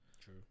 True